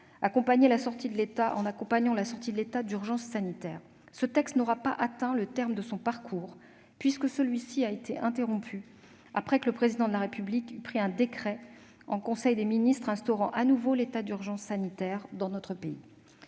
accompagner la sortie de l'état d'urgence sanitaire. Ce texte n'aura pas atteint le terme de son parcours, interrompu après que le Président de la République a pris un décret en conseil des ministres pour instaurer à nouveau l'état d'urgence sanitaire dans notre pays.